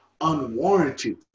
unwarranted